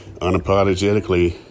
unapologetically